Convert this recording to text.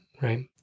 right